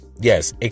Yes